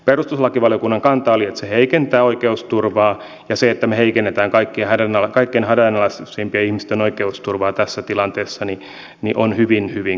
perustuslakivaliokunnan kanta oli että se heikentää oikeusturvaa ja se että me heikennämme kaikkein hädänalaisimpien ihmisten oikeusturvaa tässä tilanteessa on hyvin hyvin kyseenalaista